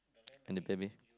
and the baby